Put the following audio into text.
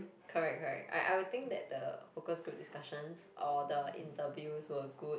correct correct I I will think that the focus group discussions or the interviews were good